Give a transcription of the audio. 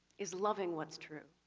is loving what's true.